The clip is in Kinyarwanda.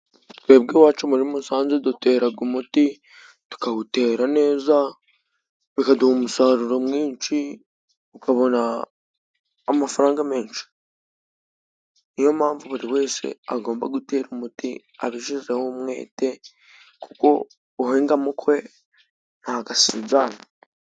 Twebwe iwacu muri Musanze duteraga umuti， tukawutera neza bikaduha umusaruro mwinshi， tukabona amafaranga menshi. Niyo mpamvu buri wese agomba gutera umuti abishyizeho umwete kuko uhinga mu kwe ntabwo asigana.